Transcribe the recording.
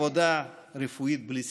אין עבודה רפואית בלי סיכון.